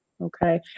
okay